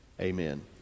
amen